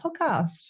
Podcast